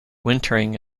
wintering